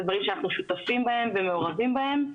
אלה דברים שאנחנו שותפים ומעורבים בהם.